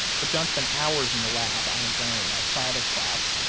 but john spent hours in the lab on his own outside of class,